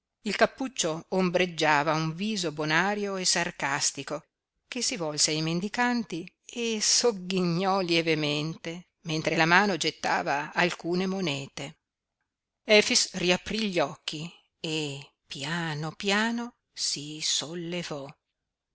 il cappuccio ombreggiava un viso bonario e sarcastico che si volse ai mendicanti e sogghignò lievemente mentre la mano gettava alcune monete efix riaprí gli occhi e piano piano si sollevò